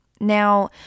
Now